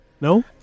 No